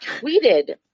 tweeted